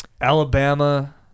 Alabama